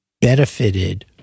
benefited